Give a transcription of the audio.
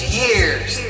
years